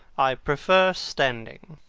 i prefer standing.